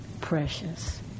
precious